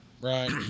Right